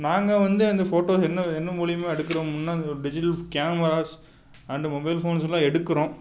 நாங்கள் வந்து அந்த ஃபோட்டோஸ் என்ன என்ன மூலயமா எடுக்கிறோம்னா அது ஒரு டிஜிட்டல்ஸ் கேமராஸ் அண்டு மொபைல் ஃபோன்ஸில் எடுக்கிறோம்